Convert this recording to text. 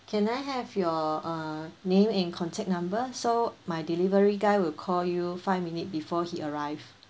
can I have your uh name and contact number so my delivery guy will call you five minute before he arrive